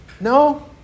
No